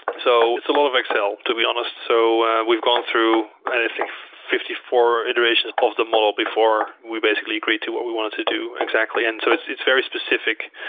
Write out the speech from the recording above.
so it's a lot of excel, to be honest. so we've gone through and i think, fifty four iterations of the model before we basically agree to what we wanted to do exactly. and so it's it's very specific,